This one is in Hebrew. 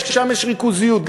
ששם יש ריכוזיות,